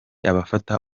abafata